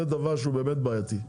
זה דבר שהוא באמת בעייתי,